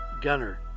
Gunner